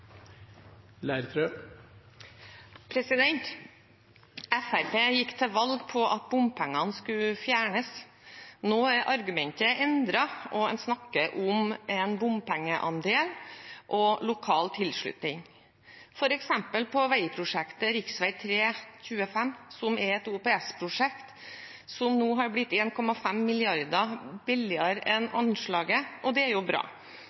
gikk til valg på at bompengene skulle fjernes. Nå er argumentet endret, og en snakker om en bompengeandel og lokal tilslutning, f.eks. på veiprosjektet rv. 3/rv. 25, som er et OPS-prosjekt, som nå har blitt 1,5 mrd. kr billigere enn anslått, og det er jo bra.